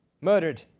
murdered